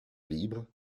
libres